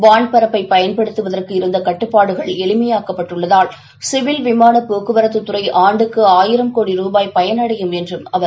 வான்பரப்பை பயன்படுத்துவதற்கு இருந்த கட்டுப்பாடுகள் எளிமையாக்கப்பட்டுள்ளதால் சிவில் விமானப் போக்குவரத்துத்துறை ஆண்டுக்கு ஆயிரம் கோடி ரூபாய் பயன் அடையும் என்றும் அவர் தெரிவித்துள்ளார்